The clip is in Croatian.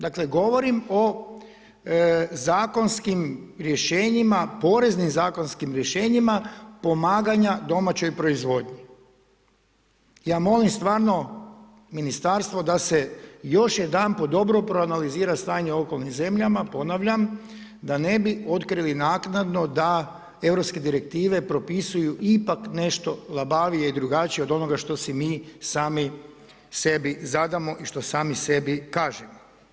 Dakle, govorim o zakonskim rješenjima, poreznim zakonskim rješenjima pomaganja domaćoj proizvodnji, ja molim stvarno ministarstvo da se još jedanput dobro proanalizira stanje u okolnim zemljama, ponavljam, da ne bi otkrili naknadno da Europske direktive propisuju ipak nešto labavije i drugačije od onoga što si mi sami sebi zadamo i što sami sebi kažemo.